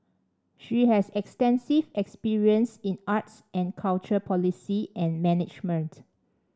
she has extensive experience in arts and culture policy and management